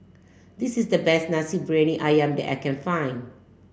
this is the best Nasi Briyani Ayam that I can find